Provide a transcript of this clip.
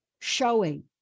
showing